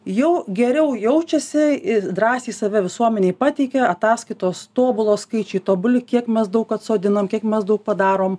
jau geriau jaučiasi ir drąsiai save visuomenei pateikia ataskaitos tobulos skaičiai tobuli kiek mes daug atsodinom kiek mes daug padarom